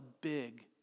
big